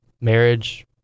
Marriage